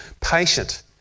patient